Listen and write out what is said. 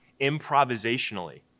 improvisationally